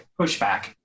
pushback